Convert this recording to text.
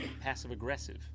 passive-aggressive